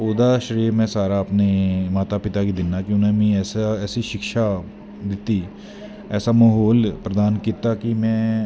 ओह्दा सारा श्रे में अपने माता पिता गी दिन्ना उनैं मी ऐसी शिक्षा दित्ती ऐसा माहौल प्रधान कीता की में